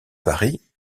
bari